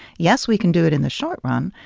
yes, we can do it in the short run,